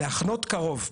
להחנות קרוב.